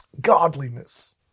godliness